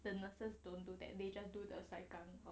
the nurses don't do that they just do the sai kang